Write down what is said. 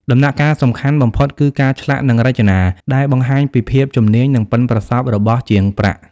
ដំណាក់កាលសំខាន់បំផុតគឺ ការឆ្លាក់និងរចនា ដែលបង្ហាញពីភាពជំនាញ និងប៉ិនប្រសប់របស់ជាងប្រាក់។